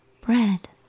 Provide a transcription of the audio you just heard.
bread